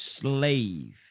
slave